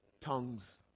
tongues